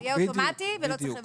שזה יהיה אוטומטי ולא צריך לבקש.